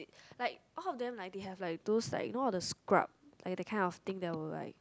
like all of them like that have those like you know scrub like that kind of thing like